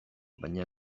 baina